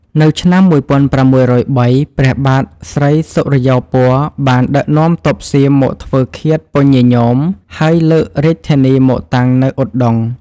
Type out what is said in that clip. នៅឆ្នាំ ១៦០៣ ព្រះបាទស្រីសុរិយោពណ៌បានដឹកនាំទ័ពសៀមមកធ្វើឃាតពញាញោម ហើយលើករាជធានីមកតាំងនៅឧដុង្គ។